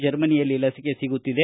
ಜರ್ಮನಿಯಲ್ಲಿ ಲಸಿಕೆ ಸಿಗುತ್ತಿದೆ